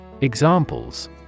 Examples